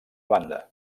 banda